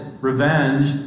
revenge